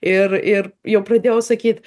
ir ir jau pradėjau sakyt